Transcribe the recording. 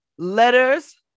Letters